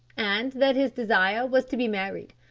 and that his desire was to be married,